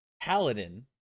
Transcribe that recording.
paladin